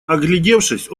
оглядевшись